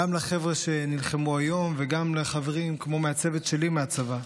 גם לחבר'ה שנלחמו היום וגם לחברים כמו מהצוות שלי מהצבא,